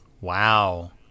Wow